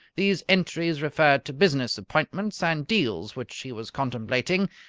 these entries referred to business appointments and deals which he was contemplating,